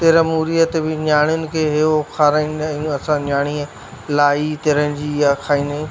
तिरमूरीअ ते बि न्याणियुनि खे इहे उहो खाराईंदा आहियूं असां न्याणीअ लाई तिरनि जी इआ खाईंदा आहियूं